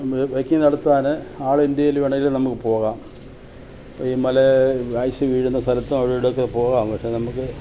biking നടത്താൻ ആൾ ഇൻഡ്യയിൽ വേണമെങ്കിൽ നമുക്ക് പോകാം ഇപ്പം ഈ മല ഐസ് വീഴുന്ന സ്ഥലത്ത് അവിടെ ഇവിടെയൊക്കെ പോകാം പക്ഷെ നമുക്ക്